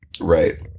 right